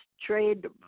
trade